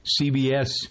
CBS